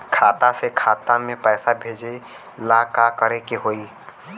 खाता से खाता मे पैसा भेजे ला का करे के होई?